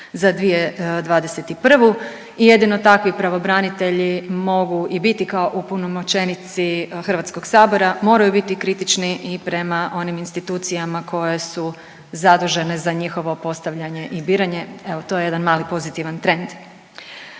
za 2021. i jedino takvi pravobranitelji mogu i biti kao opunomoćenici HS, moraju biti kritični i prema onim institucijama koje su zadužene za njihovo postavljanje i biranje, evo to je jedan mali pozitivan trend.